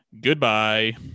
goodbye